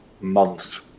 months